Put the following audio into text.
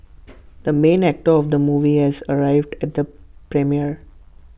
the main actor of the movie has arrived at the premiere